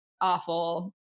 awful